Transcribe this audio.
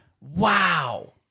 Wow